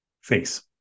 face